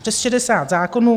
Přes 60 zákonů.